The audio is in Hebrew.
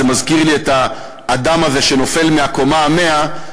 זה מזכיר לי את האדם הזה שנופל מהקומה ה-100,